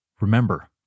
Remember